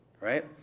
right